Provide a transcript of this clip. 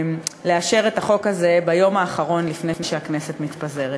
לאשר את החוק הזה ביום האחרון לפני שהכנסת מתפזרת,